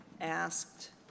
asked